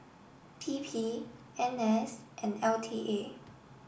P P N S and L T A